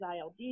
ILD